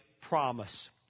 promise